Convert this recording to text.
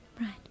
Right